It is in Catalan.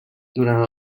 durant